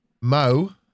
Mo